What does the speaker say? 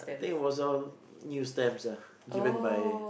think it was all new stamps ah given by